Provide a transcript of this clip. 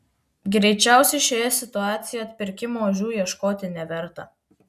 greičiausiai šioje situacijoje atpirkimo ožių ieškoti neverta